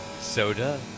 Soda